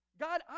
God